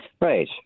right